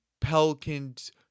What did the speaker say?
Pelicans